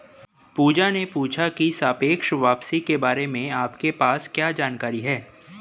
पूजा ने पूछा की सापेक्ष वापसी के बारे में आपके पास क्या जानकारी है?